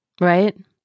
Right